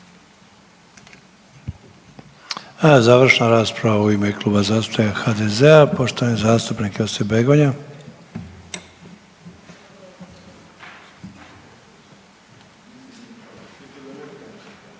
završna rasprava. U ime Kluba zastupnika HDZ-a poštovani zastupnik Branko